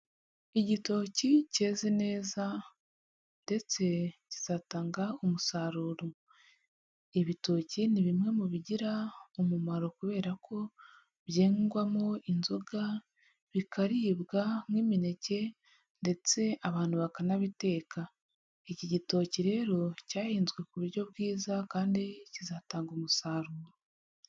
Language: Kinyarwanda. Igitoki keze neza, ndetse kizatanga umusaruro. Ibitoki ni bimwe mu bigira umumaro kubera ko byengwamo inzoga, bikaribwa nk'imineke ndetse abantu bakanabiteka. Iki gitoki rero cyahinzwe ku buryo bwiza kandi kizatanga umusaruro.